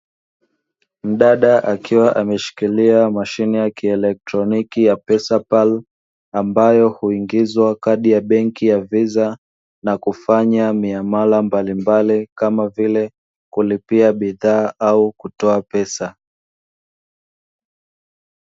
Mdada akiwa ameshikilia mashine ya kielektroniki ya "pesapal" ambayo huingizwa kadi benki ya "VISA", na kufanya miamala mbalimbali kama vile kulipia bidhaa au kutoa pesa.